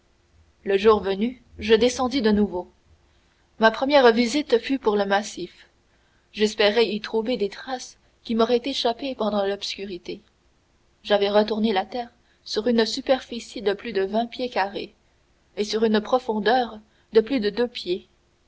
le jour venu je descendis de nouveau ma première visite fut pour le massif j'espérais y retrouver des traces qui m'auraient échappé pendant l'obscurité j'avais retourné la terre sur une superficie de plus de vingt pieds carrés et sur une profondeur de plus de deux pieds